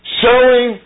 showing